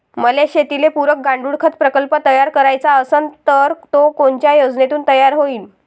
मले शेतीले पुरक गांडूळखत प्रकल्प तयार करायचा असन तर तो कोनच्या योजनेतून तयार होईन?